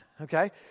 okay